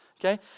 okay